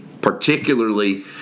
particularly